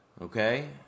okay